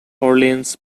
orleans